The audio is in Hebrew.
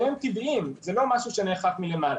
הם טבעיים, זה לא משהו שנאכף מלמעלה.